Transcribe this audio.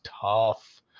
tough